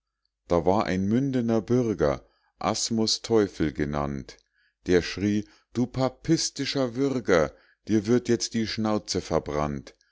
da war ein mündener bürger asmus teufel genannt der schrie du papistischer würger dir wird jetzt die schnauze verbrannt